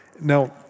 Now